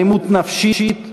אלימות נפשית,